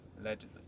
allegedly